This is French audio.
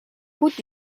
route